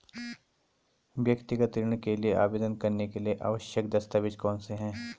व्यक्तिगत ऋण के लिए आवेदन करने के लिए आवश्यक दस्तावेज़ कौनसे हैं?